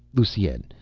lusine,